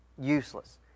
Useless